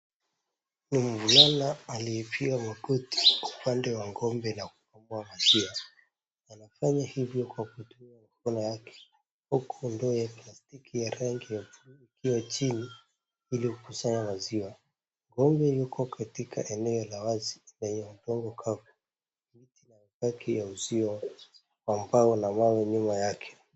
Mwanamume mmoja alipiga magoti kwa upande wa ng'ombe na kukamua maziwa. Anafanya hivyo kwa kutumia mikono yake, huku ndoo ya plastiki ya rangi ya blue ikiwa chini ili kukusanya maziwa. Ng'ombe yuko katika eneo la wazi lenye udongo kavu, miti na mabaki ya uzio pamoja na mawe nyuma yake.